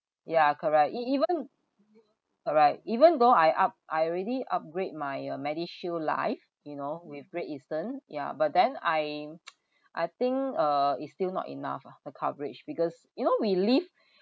ya correct e~ even alright even though I up~ I already upgrade my uh MediShield life you know with great eastern ya but then I'm I think uh is still not enough ah the coverage because you know we live